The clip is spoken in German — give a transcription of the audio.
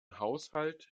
haushalt